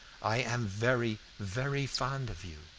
i am very, very fond of you,